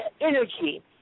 energy